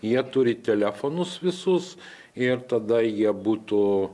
jie turi telefonus visus ir tada jie būtų